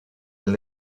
elle